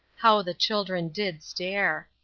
how the children did stare!